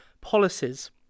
policies